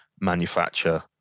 manufacture